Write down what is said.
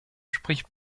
spricht